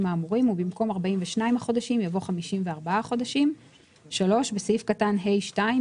האמורים" ובמקום "42 החדשים" יבוא "54 החודשים"; (3)בסעיף קטן (ה)(2),